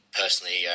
personally